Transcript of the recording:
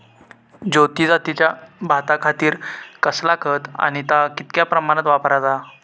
ज्योती जातीच्या भाताखातीर कसला खत आणि ता कितक्या प्रमाणात वापराचा?